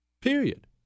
period